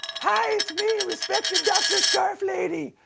hi, it's me, respected dr. scarf lady.